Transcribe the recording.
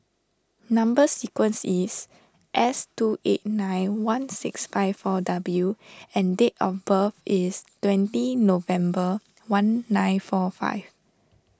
Number Sequence is S two eight nine one six five four W and date of birth is twentieth November one nine four five